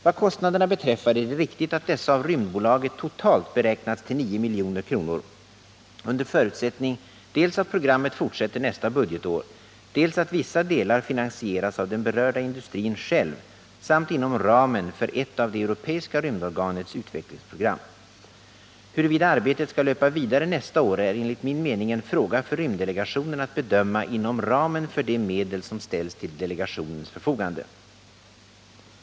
Vad kostnaderna beträffar är det riktigt att dessa av rymdbolaget totalt beräknats till 9 milj.kr. under förutsättning dels att programmet fortsätter nästa budgetår, dels att vissa delar finansieras av den berörda industrin själv samt inom ramen för ett av det europeiska rymdorganets utvecklingsprogram. Huruvida arbetet skall löpa vidare nästa år är enligt min mening en fråga för rymddelegationen att bedöma inom ramen för de medel som ställs till delegationens förfogande.